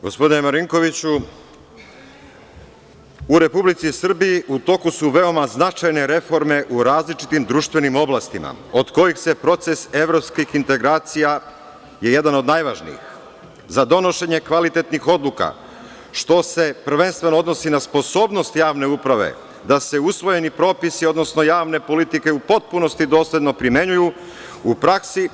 Gospodine Marinkoviću, u Republici Srbiji u toku su veoma značajne reforme u različitim društvenim oblastima, od kojih je proces evropskih integracija jedan od najvažnijih za donošenje kvalitetnih odluka, što se prvenstveno odnosi na sposobnost javne uprave da se usvojeni propisi, odnosno javne politike u potpunosti dosledno primenjuju u praksi.